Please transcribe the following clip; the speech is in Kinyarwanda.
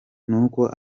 nk’uko